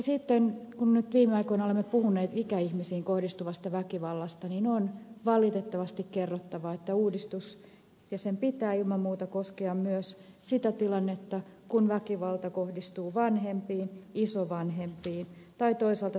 sitten kun nyt viime aikoina olemme puhuneet ikäihmisiin kohdistuvasta väkivallasta on valitettavasti kerrottava että uudistuksen pitää ilman muuta koskea myös sitä tilannetta kun väkivalta kohdistuu vanhempiin isovanhempiin tai toisaalta sisaruksiin